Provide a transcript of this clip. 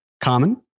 common